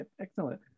Excellent